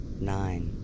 Nine